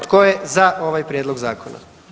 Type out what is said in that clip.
Tko je za ovaj prijedlog zakona?